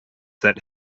that